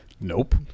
Nope